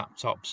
laptops